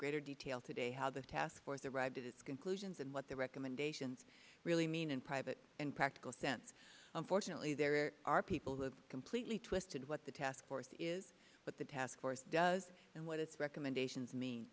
greater detail today how the task force arrived at its conclusions and what the recommendations really mean in private and sense unfortunately there are people who have completely twisted what the task force is what the task force does and what its recommendations me